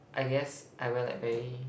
I guess I wear like very